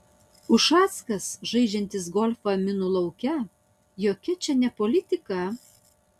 ušackas žaidžiantis golfą minų lauke jokia čia ne politika